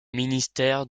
ministère